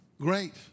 Great